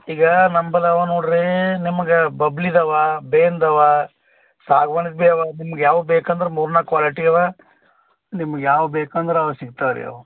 ಈಗ ನಂಬಲ್ಲ ಅವ ನೋಡ್ರೀ ನಿಮ್ಗೆ ಪಬ್ಲ್ ಇದಾವ ಬೇನ್ದವ ಸಾಗ್ವಾನಿದ್ ಬಿ ಅವ ನಿಮ್ಗೆ ಯಾವ ಬೇಕು ಅಂದ್ರೆ ಮೂರು ನಾಲ್ಕು ಕ್ವಾಲಿಟಿ ಅವ ನಿಮ್ಗೆ ಯಾವ ಬೇಕು ಅಂದ್ರೆ ಅವ ಸಿಗ್ತವೆ ರೀ ಅವ